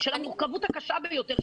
עם המורכבות הקשה ביותר,